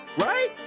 right